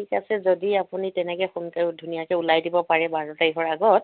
ঠিক আছে যদি আপুনি তেনেকৈ সোনকে ধুনীয়াকৈ ওলাই দিব পাৰে বাৰ তাৰিখৰ আগত